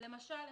כן.